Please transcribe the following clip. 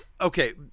Okay